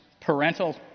parental